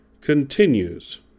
continues